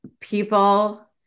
people